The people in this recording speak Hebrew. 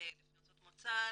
לפי ארצות מוצא.